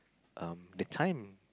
um the time